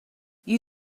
you